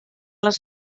les